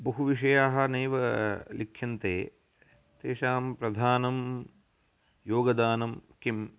बहु विषयाः नैव लिख्यन्ते तेषां प्रधानं योगदानं किम्